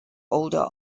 older